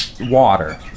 water